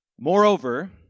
Moreover